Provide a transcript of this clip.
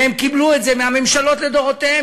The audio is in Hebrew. והם קיבלו את זה מהממשלות לדורותיהן,